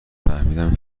فهمیدم